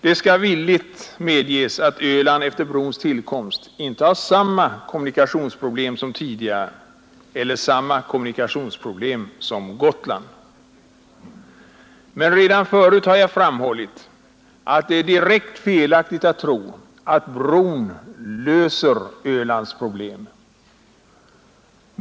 Det skall villigt medges att Öland efter brons tillkomst inte har samma kommunikationsproblem som tidigare eller samma kommunikationsproblem som Gotland. Men redan förut har jag framhållit att det är direkt felaktigt att tro att bron löser Ölands problem.